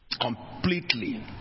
Completely